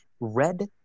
Red